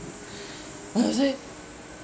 ugh I say